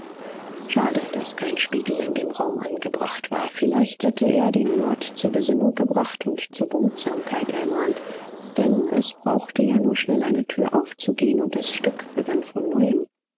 schade daß kein spiegel in dem raum angebracht war vielleicht hätte er den lord zur besinnung gebracht und zur behutsamkeit ermahnt denn es brauchte ja nur schnell eine tür aufzugehen und das stück begann von neuem